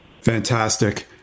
Fantastic